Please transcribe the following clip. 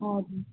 हजुर